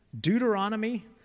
Deuteronomy